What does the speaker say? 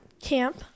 camp